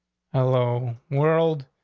hello, world.